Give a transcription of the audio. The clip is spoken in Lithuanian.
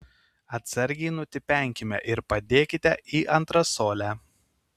atsargiai nutipenkime ir padėkite į antresolę